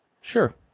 Sure